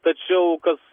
tačiau kas